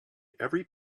every